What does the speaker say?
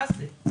מה זה?